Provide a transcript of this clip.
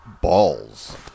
balls